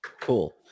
Cool